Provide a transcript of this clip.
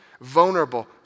vulnerable